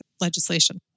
legislation